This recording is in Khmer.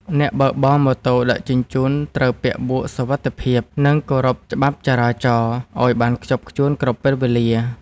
អ្នកបើកបរម៉ូតូដឹកជញ្ជូនត្រូវពាក់មួកសុវត្ថិភាព និងគោរពច្បាប់ចរាចរណ៍ឱ្យបានខ្ជាប់ខ្ជួនគ្រប់ពេលវេលា។